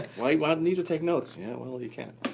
well, you won't need to take notes. yeah, well, you can't.